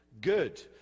good